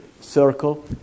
circle